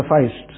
sufficed